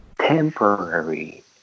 temporary